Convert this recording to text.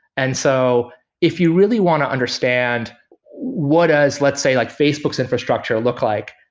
and so if you really want to understand what does, let's say like facebook's infrastructure look like,